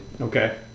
Okay